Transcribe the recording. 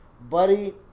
Buddy